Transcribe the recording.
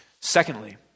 Secondly